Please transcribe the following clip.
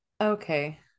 okay